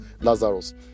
Lazarus